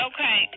Okay